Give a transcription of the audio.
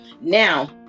Now